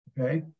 Okay